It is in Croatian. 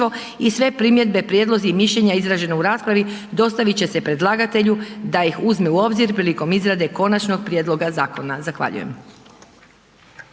i sve primjedbe, prijedlozi i mišljenja izraženi u raspravi, dostavit će se predlagatelju da ih uzme u obzir prilikom izrade konačnog prijedloga zakona. Zahvaljujem.